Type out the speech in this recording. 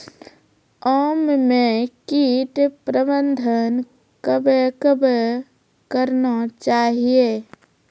आम मे कीट प्रबंधन कबे कबे करना चाहिए?